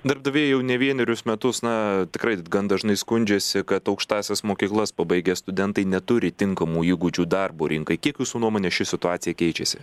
darbdaviai jau ne vienerius metus na tikrai gan dažnai skundžiasi kad aukštąsias mokyklas pabaigę studentai neturi tinkamų įgūdžių darbo rinkai kiek jūsų nuomone ši situacija keičiasi